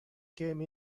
came